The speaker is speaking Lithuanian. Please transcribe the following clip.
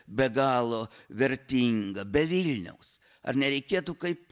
be galo vertinga be vilniaus ar nereikėtų kaip